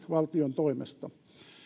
valtion toimesta